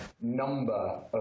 number